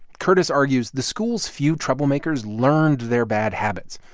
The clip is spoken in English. curtis argues the school's few troublemakers learned their bad habits.